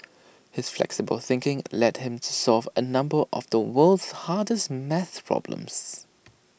his flexible thinking led him to solve A number of the world's hardest math problems